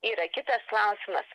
yra kitas klausimas